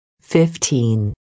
Fifteen